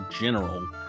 general